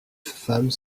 femmes